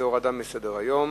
זה הורדה מסדר-היום.